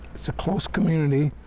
it's a close community,